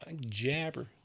jabber